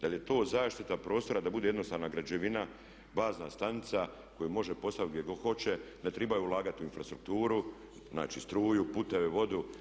Da li je to zaštita prostora da bude jednostavna građevina bazna stanica koju može postaviti gdje god hoće, ne treba ulagati u infrastrukturu, znači struju, puteve, vodu.